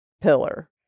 pillar